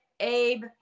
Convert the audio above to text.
abe